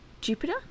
Jupiter